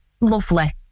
lovely